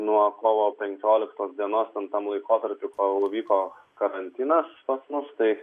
nuo kovo penkioliktos dienos ten tam laikotarpy kol vyko karantinas pas mus tai